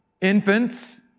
Infants